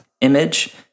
image